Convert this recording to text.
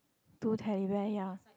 two Teddy Bear ya